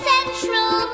Central